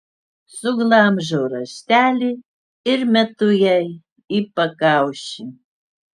suglamžau raštelį ir metu jai į pakaušį